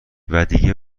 ودیگه